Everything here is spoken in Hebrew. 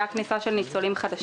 הייתה כניסה של ניצולים חדשים.